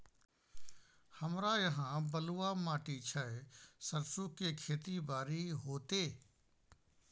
हमरा यहाँ बलूआ माटी छै सरसो के खेती बारी होते?